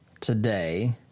today